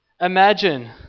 Imagine